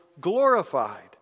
glorified